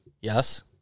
Yes